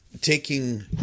taking